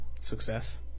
Success